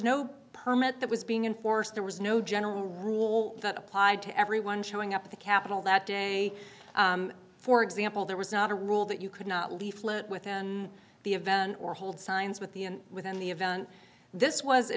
no permit that was being enforced there was no general rule that applied to everyone showing up at the capitol that day for example there was not a rule that you could not leaflet with in the event or hold signs with the and within the event this was a